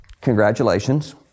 congratulations